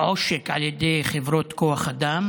עושק על ידי חברות כוח האדם